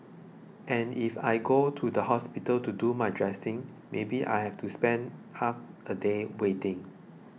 and if I go to the hospital to do my dressing maybe I have to spend half a day waiting